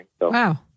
Wow